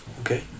okay